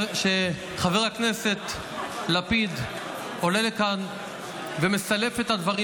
שחבר הכנסת לפיד עולה לכאן ומסלף את הדברים